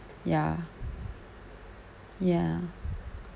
ya ya